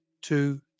two